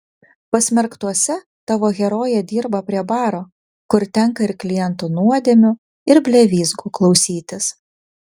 pasmerktuose tavo herojė dirba prie baro kur tenka ir klientų nuodėmių ir blevyzgų klausytis